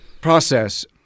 process